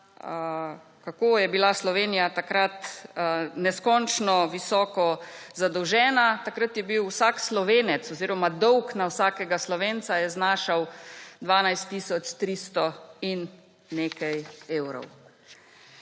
kako je bila Slovenija takrat neskončno visoko zadolžena. Takrat je bil vsak Slovenec oziroma dolg na vsakega Slovenca je znašal 12 tisoč 300 in nekaj evrov.